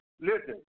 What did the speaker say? Listen